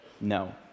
no